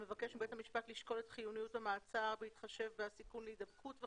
שמבקש בית המפשט לשקול את חיוניות המעצר בהתחשב בסיכון להידבקות.